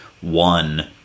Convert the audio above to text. one